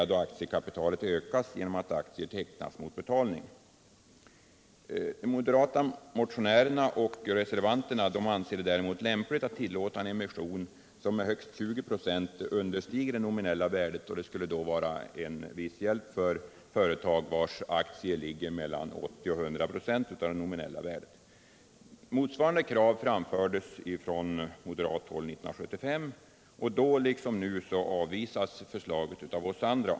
Enligt aktiebo De moderata motionärerna och reservanterna anser det däremot lämpligt att tillåta en emission, som med högst 20 26 understiger det nominella värdet. Det skulle vara en viss hjälp för företag vilkas aktiers kursvärde ligger mellan 80 och 100 26 av det nominella värdet. Motsvarande krav framfördes från moderat håll 1975, och då liksom nu avvisades förslaget av oss andra.